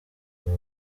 baba